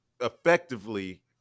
effectively